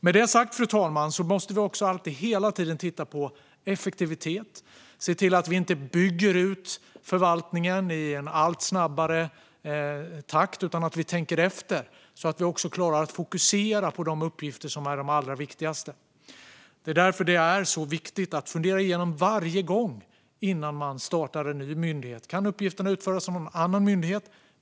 Med detta sagt måste vi också hela tiden titta på effektivitet. Vi ska inte bygga ut förvaltningen i en allt snabbare takt utan tänka efter, så att vi också klarar att fokusera på de uppgifter som är de allra viktigaste. Det är därför det är så viktigt att varje gång innan man startar en ny myndighet fundera igenom: Kan uppgifterna utföras av någon annan myndighet?